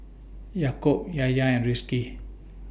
Yaakob and Rizqi